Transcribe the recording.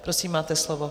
Prosím, máte slovo.